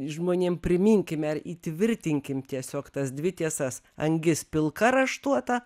žmonėm priminkime ir įtvirtinkim tiesiog tas dvi tiesas angis pilka raštuota